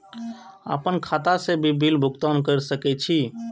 आपन खाता से भी बिल भुगतान कर सके छी?